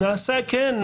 כן.